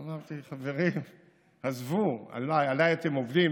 אמרתי: חברים, עזבו, עליי אתם עובדים?